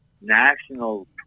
national